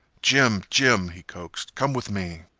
jim! jim! he coaxed, come with me.